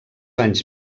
anys